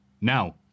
Now